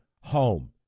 Home